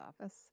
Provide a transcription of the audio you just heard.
office